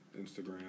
Instagram